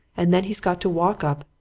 and then he's got to walk up.